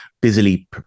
busily